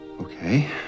Okay